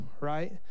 right